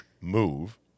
move